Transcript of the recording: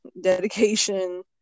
dedication